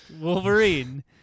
Wolverine